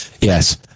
yes